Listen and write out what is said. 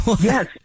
yes